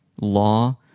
law